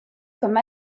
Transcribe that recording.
comme